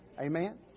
Amen